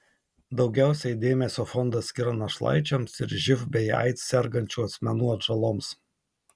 daugiausiai dėmesio fondas skiria našlaičiams ir živ bei aids sergančių asmenų atžaloms